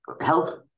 health